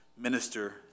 minister